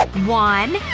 one,